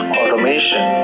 automation